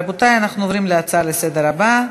רבותי, אנחנו עוברים להצעה לסדר-היום הבאה: